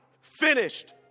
finished